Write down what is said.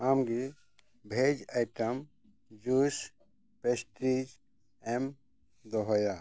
ᱟᱢᱜᱮ ᱵᱷᱮᱡᱽ item juice pastries ᱮᱢ ᱫᱚᱦᱚᱭᱟ